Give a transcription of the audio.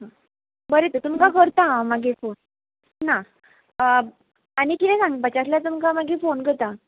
बरें तर तुमकां करता हांव मागीर फोन ना आनी किदें सांगपाचें आसल्यार तुमकां मागीर फोन करता